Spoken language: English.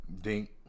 Dink